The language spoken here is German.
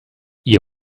ihr